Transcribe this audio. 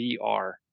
VR